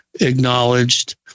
acknowledged